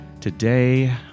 Today